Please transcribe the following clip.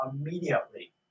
immediately